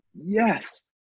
yes